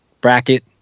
bracket